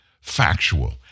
factual